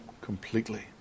completely